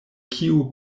kiu